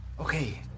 Okay